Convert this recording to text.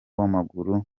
w’amaguru